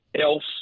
else